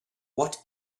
what